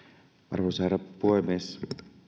arvoisa herra puhemies